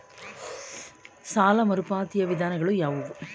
ಸಾಲ ಮರುಪಾವತಿಯ ವಿಧಾನಗಳು ಯಾವುವು?